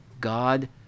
God